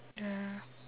ya